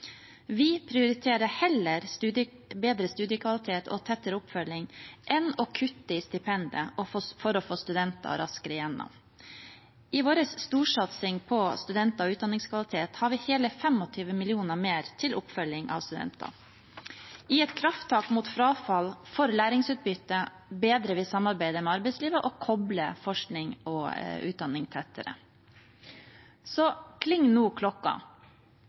Vi prioriterer heller bedre studiekvalitet og tettere oppfølging enn kutt i stipendet for å få studenter raskere igjennom. I vår storsatsing på studenter og utdanningskvalitet har vi hele 25 mill. kr mer til oppfølging av studenter. I et krafttak mot frafall og for læringsutbytte bedrer vi samarbeidet med arbeidslivet og kobler forskning og utdanning tettere sammen. Så kling no klokka!